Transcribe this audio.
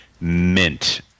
mint